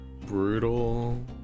brutal